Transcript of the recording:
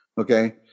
Okay